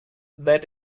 that